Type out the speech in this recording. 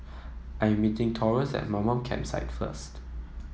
I'm meeting Taurus at Mamam Campsite first